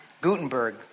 Gutenberg